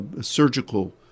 surgical